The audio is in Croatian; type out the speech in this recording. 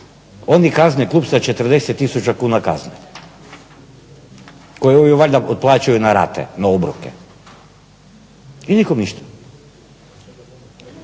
oni kazne klub sa 40 tisuća kuna kazne koju ovi valjda otplaćuju na rate, na obroke. I nikom ništa.